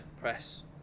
press